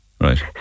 Right